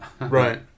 Right